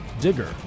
Digger